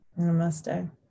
Namaste